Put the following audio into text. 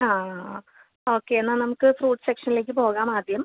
ആ ആ ആ ഓക്കെ എന്നാൽ നമുക്ക് ഫ്രൂട്ട്സ് സെക്ഷനിലേക്ക് പോകാം ആദ്യം